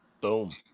Boom